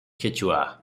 quechua